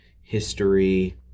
history